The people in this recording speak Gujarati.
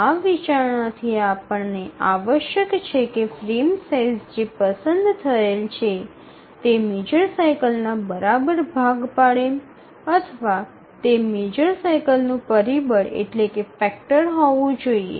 આ વિચારણાથી આપણને આવશ્યક છે કે ફ્રેમ સાઇઝ જે પસંદ થયેલ છે તે મેજર સાઇકલ ના બરાબર ભાગ પાડે અથવા તે મેજર સાઇકલ નું પરિબળ હોવું જોઈએ